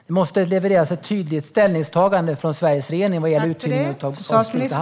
Det måste levereras ett tydligt ställningstagande från Sveriges regering vad gäller uthyrning av Slite hamn.